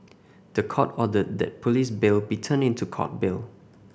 the Court ordered that police bail be turned into Court bail